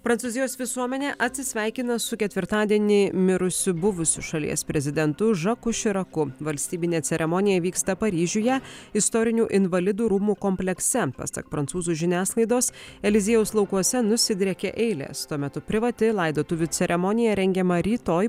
prancūzijos visuomenė atsisveikina su ketvirtadienį mirusiu buvusiu šalies prezidentu žaku širaku valstybinė ceremonija vyksta paryžiuje istorinių invalidų rūmų komplekse pasak prancūzų žiniasklaidos eliziejaus laukuose nusidriekė eilės tuo metu privati laidotuvių ceremonija rengiama rytoj